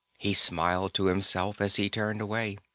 he smiled to himself as he turned away.